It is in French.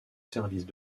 services